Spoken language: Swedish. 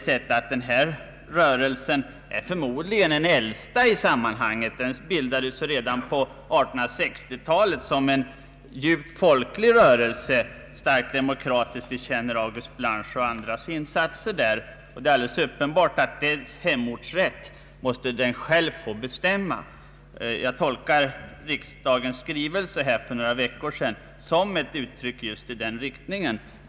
Skytterörelsen bildades redan på 1860-talet som en djupt folklig och starkt demokratisk rörelse. Vi känner August Blanches och andras insatser därvidlag. Det är alldeles uppenbart att sin hemortsrätt måste rörelsen själv få bestämma. Jag tolkar riksdagens skrivelse för några veckor sedan som ett yttrande just i den riktningen.